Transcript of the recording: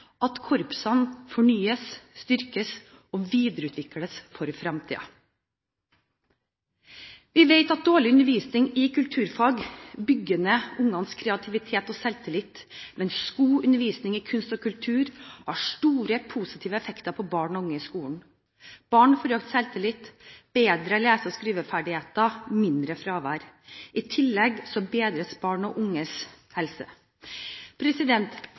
at korpsene fornyes, styrkes og videreutvikles for fremtiden. Vi vet at dårlig undervisning i kulturfag bygger ned barns kreativitet og selvtillit, mens god undervisning i kunst og kultur har store positive effekter på barn og unge i skolen. Barna får økt selvtillit, bedre lese- og skriveferdigheter og mindre fravær. I tillegg bedres barn og unges helse.